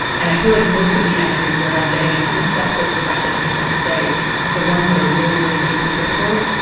and i feel like most of the entries where i'm getting into this stuff that is actually interesting to say, the ones that are really, really deeply difficult,